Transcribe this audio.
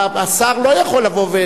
השר לא יכול לבוא,